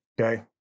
Okay